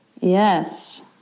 Yes